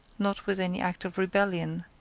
not with any act of rebellion,